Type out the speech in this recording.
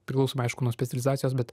priklauso aišku nuo specializacijos bet